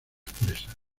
presas